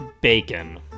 Bacon